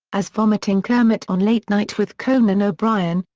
as vomiting kermit on late night with conan o'brien,